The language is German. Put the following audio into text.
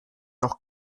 noch